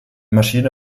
maschine